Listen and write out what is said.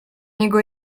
niego